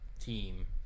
team